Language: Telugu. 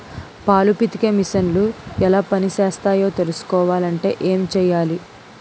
పాలు పితికే మిసన్లు ఎలా పనిచేస్తాయో తెలుసుకోవాలంటే ఏం చెయ్యాలి?